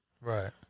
Right